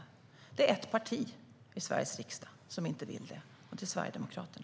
Men det finns ett parti i Sveriges riksdag som inte vill det, och det är Sverigedemokraterna.